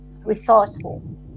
resourceful